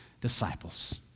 disciples